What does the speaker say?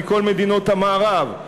מכל מדינות המערב,